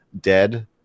Dead